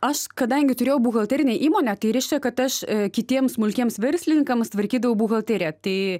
aš kadangi turėjau buhalterinę įmonę tai reiškia kad aš kitiems smulkiems verslininkams tvarkydavau buhalteriją tai